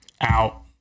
out